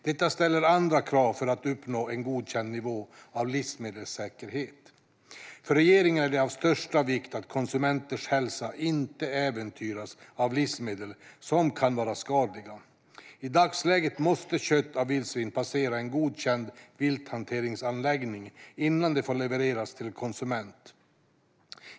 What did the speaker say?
Detta ställer andra krav för att uppnå en godkänd nivå av livsmedelssäkerhet. För regeringen är det av största vikt att konsumenters hälsa inte äventyras av livsmedel som kan vara skadliga. I dagsläget måste kött av vildsvin passera en godkänd vilthanteringsanläggning innan det får levereras till konsument.